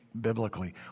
biblically